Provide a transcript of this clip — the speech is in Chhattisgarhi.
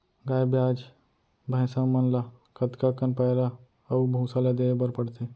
गाय ब्याज भैसा मन ल कतका कन पैरा अऊ भूसा ल देये बर पढ़थे?